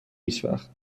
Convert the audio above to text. هیچوقت